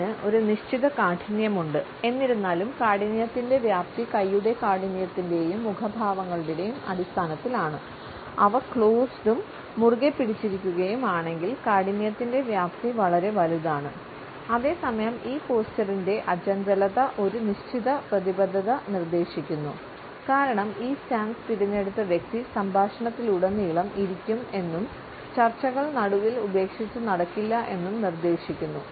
ഇതിന് ഒരു നിശ്ചിത കാഠിന്യമുണ്ട് എന്നിരുന്നാലും കാഠിന്യത്തിന്റെ വ്യാപ്തി കൈയുടെ കാഠിന്യത്തിന്റെയും മുഖഭാവങ്ങളുടെയും അടിസ്ഥാനത്തിലാണ് അവ ക്ലോസ്ഡും തിരഞ്ഞെടുത്ത വ്യക്തി സംഭാഷണത്തിലൂടനീളം ഇരിക്കും എന്നും ചർച്ചകൾ നടുവിൽ ഉപേക്ഷിച്ച് നടക്കില്ല എന്നും നിർദ്ദേശിക്കുന്നു